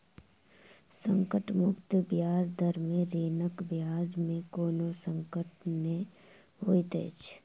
संकट मुक्त ब्याज दर में ऋणक ब्याज में कोनो संकट नै होइत अछि